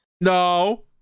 No